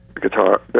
guitar